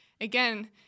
again